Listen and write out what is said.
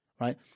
right